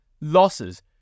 losses